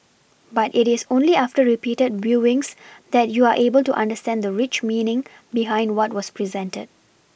but it is only after repeated viewings that you are able to understand the rich meaning behind what was presented